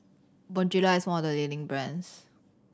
Bonjela is one of the leading brands